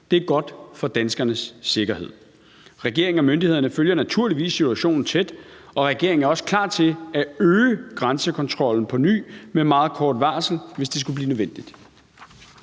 det er godt for danskernes sikkerhed. Regeringen og myndighederne følger naturligvis situationen tæt, og regeringen er også klar til at øge grænsekontrollen på ny med meget kort varsel, hvis det skulle blive nødvendigt.